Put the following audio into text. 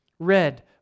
Red